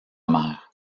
mère